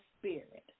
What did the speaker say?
spirit